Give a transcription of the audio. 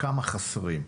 כמה חסרות?